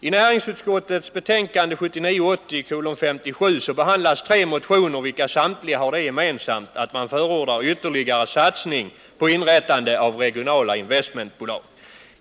I näringsutskottets betänkande 1979/80:57 behandlas tre motioner, vilka samtliga har det gemensamt att man förordar ytterligare satsningar på inrättande av regionala investmentbolag.